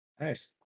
Nice